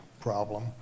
problem